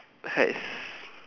!hais!